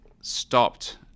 stopped